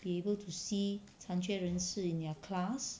be able to see 残缺人士 in their class